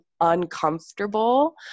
uncomfortable